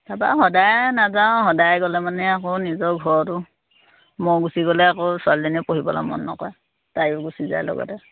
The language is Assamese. তাৰপৰা সদায় নাযাওঁ সদায় গ'লে মানে আকৌ নিজৰ ঘৰতো মই গুচি গ'লে আকৌ ছোৱালীজনীয়ে পঢ়িবলৈ মন নকৰে তাইয়ো গুচি যায় লগতে